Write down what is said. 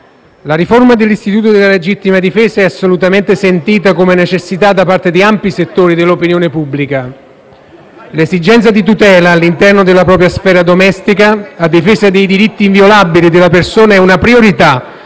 la riforma dell'istituto della legittima difesa è assolutamente sentita come una necessità da parte di ampi settori dell'opinione pubblica. L'esigenza di tutela all'interno della propria sfera domestica, a difesa dei diritti inviolabili della persona è una priorità